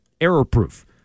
error-proof